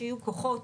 שיהיו כוחות,